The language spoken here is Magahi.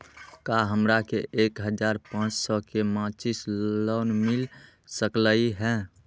का हमरा के एक हजार पाँच सौ के मासिक लोन मिल सकलई ह?